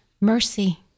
mercy